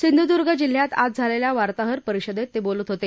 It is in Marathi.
सिंधुदूर्ग जिल्ह्यात आज झालेल्या वार्ताहर परिषदेत ते बोलत होते